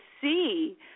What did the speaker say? see